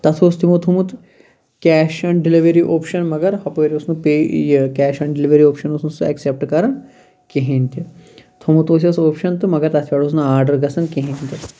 تَتھ اوس تِمو تھوومُت کیش آن ڈیٚلِوری اوپشَن مگر ہۄپٲر اوس نہٕ پے یہِ کیش آن ڈیٚلِوری اوپشَن اوس نہٕ سُہ ایٚکسیٚپٹ کَران کِہیٖنۍ تہِ تھومُت اوس ہس اوپشَن تہِ مگر تَتھ پٮ۪ٹھ اوس نہٕ آرڈَر گَژھان کِہیٖنۍ تہِ